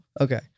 Okay